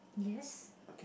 yes